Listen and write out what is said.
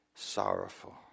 sorrowful